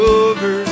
over